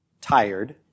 tired